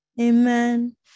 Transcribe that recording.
Amen